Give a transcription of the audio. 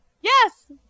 yes